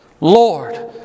Lord